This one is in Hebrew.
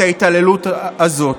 את ההתעללות הזאת.